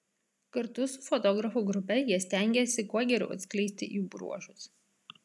kartu su fotografų grupe jie stengėsi kuo geriau atskleisti jų bruožus